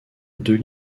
deux